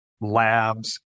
labs